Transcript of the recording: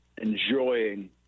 enjoying